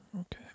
Okay